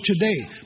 today